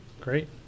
Great